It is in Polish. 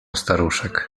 staruszek